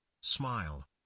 Smile